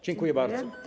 Dziękuję bardzo.